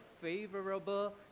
favorable